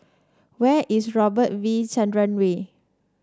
where is Robert V Chandran Way